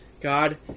God